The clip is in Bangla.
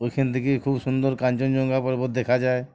ওইখান থেকে খুব সুন্দর কাঞ্চনজঙ্ঘা পর্বত দেখা যায়